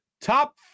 top